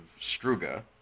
Struga